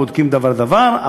ובודקים דבר דבר,